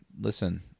listen